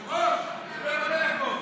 היושב-ראש, הוא מדבר בטלפון.